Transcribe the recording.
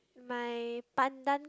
my pandan